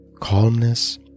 calmness